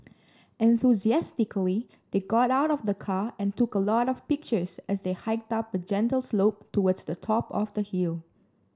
enthusiastically they got out of the car and took a lot of pictures as they hiked up a gentle slope towards the top of the hill